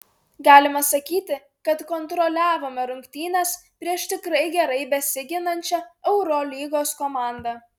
galima sakyti kad kontroliavome rungtynes prieš tikrai gerai besiginančią eurolygos komandą